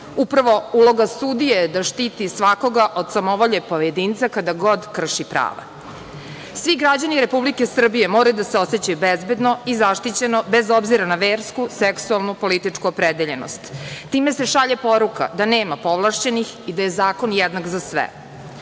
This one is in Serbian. Upravo uloga sudije je da štiti svakoga od samovolje pojedinca, kada god krši prava. Svi građani Republike Srbije moraju da se osećaju bezbedno i zaštićeno bez obzira na versku, seksualnu, političku opredeljenost. Time se šalje poruka da nema povlašćenih i da je zakon jednak za sve.